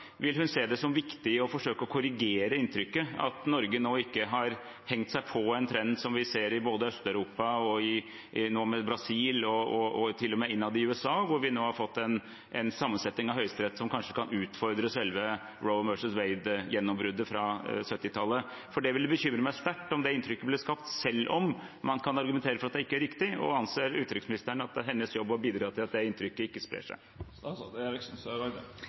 Vil hun se det som viktig å forsøke å korrigere inntrykket, at Norge nå ikke har hengt seg på en trend som vi ser i både Øst-Europa og Brasil, og til og med innad i USA, hvor vi nå har fått en sammensetning av høyesterett som kanskje kan utfordre selve «Roe versus Wade»-gjennombruddet fra 1970-tallet? For det ville bekymret meg sterkt om det inntrykket ble skapt, selv om man kan argumentere for at det ikke er riktig, og anser utenriksministeren at det er hennes jobb å bidra til at det inntrykket ikke sprer